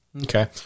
okay